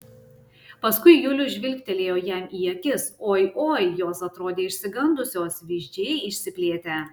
paskui julius žvilgtelėjo jam į akis oi oi jos atrodė išsigandusios vyzdžiai išsiplėtę